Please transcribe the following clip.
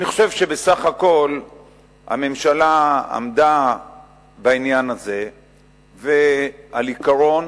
אני חושב שבסך הכול הממשלה עמדה בעניין הזה על עיקרון,